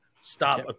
stop